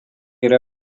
yra